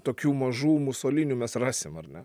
tokių mažų musolinių mes rasim ar ne